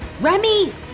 Remy